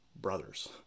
brothers